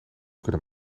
kunnen